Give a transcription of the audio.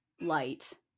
light